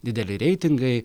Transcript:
dideli reitingai